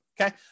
okay